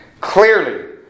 Clearly